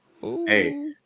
Hey